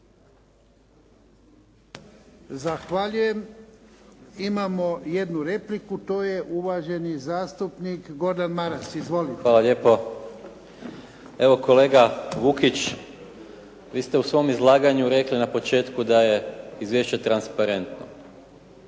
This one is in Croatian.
Zahvaljujem. Imamo jednu repliku, to je uvaženi zastupnik Gordan Maras. Izvolite. **Maras, Gordan (SDP)** Hvala lijepo. Evo kolega Vukić, vi ste u svom izlaganju rekli na početku da je izvješće transparentno.